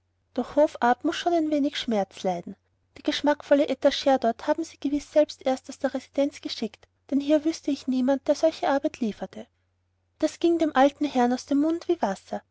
doch hoffart muß schon auch ein wenig schmerz leiden die geschmackvolle etagere dort haben sie gewiß selbst erst aus der residenz geschickt denn hier wüßte ich niemand der solche arbeit lieferte das ging ja dem alten herrn aus dem mund wie wasser